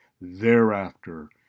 Thereafter